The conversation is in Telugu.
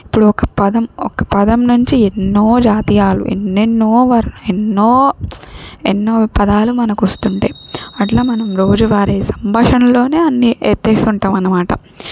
ఇప్పుడు ఒక పదం ఒక పదం నుంచి ఎన్నో జాతీయాలు ఎన్నెన్నో వర్ణా ఎన్నో ఎన్నో పదాలు మనకు వస్తుంటాయి అట్లా మనం రోజువారి సంభాషణలోనే అన్నీ ఎత్తేస్తుంటాం అనమాట